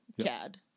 CAD